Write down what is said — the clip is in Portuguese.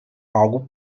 algo